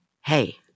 hey